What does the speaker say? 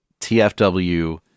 TFW